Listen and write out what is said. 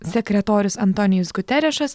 sekretorius antonijus guterešas